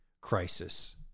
crisis